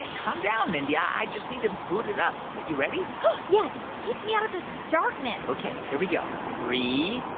calm down, mindy. i just need to boot it up. but you ready? but yeah, just take me out of this darkness ok, here we go. three,